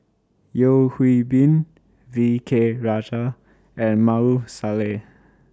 Yeo Hwee Bin V K Rajah and Maarof Salleh